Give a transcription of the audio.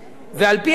ועל-פי החוק,